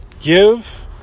give